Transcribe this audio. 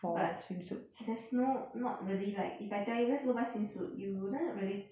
but there's no not really like if I tell you let's go buy swimsuit you wouldn't really